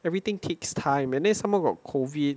everything takes time and then somemore got COVID